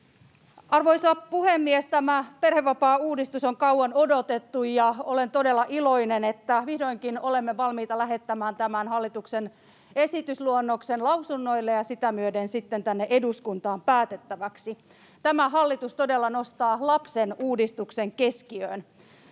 Arvoisa puhemies! Tämä perhevapaauudistus on kauan odotettu, ja olen todella iloinen, että vihdoinkin olemme valmiita lähettämään tämän hallituksen esitysluonnoksen lausunnoille ja sitä myöden sitten tänne eduskuntaan päätettäväksi. Tämä hallitus todella nostaa lapsen uudistuksen keskiöön.